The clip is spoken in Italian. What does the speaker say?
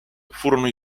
furono